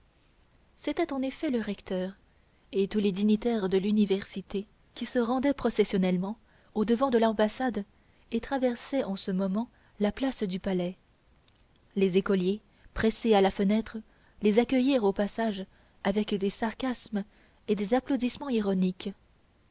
c'était en effet le recteur et tous les dignitaires de l'université qui se rendaient processionnellement au-devant de l'ambassade et traversaient en ce moment la place du palais les écoliers pressés à la fenêtre les accueillirent au passage avec des sarcasmes et des applaudissements ironiques